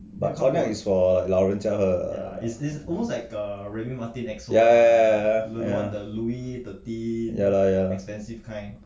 but cognac is for 老人家喝的 ya ya ya ya ya ah ya lah ya lah